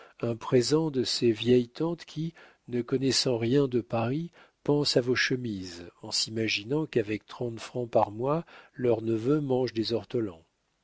un présent de ces vieilles tantes qui ne connaissant rien de paris pensent à vos chemises en s'imaginant qu'avec trente francs par mois leur neveu mange des ortolans